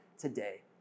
today